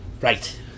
right